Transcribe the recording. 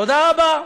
תודה רבה.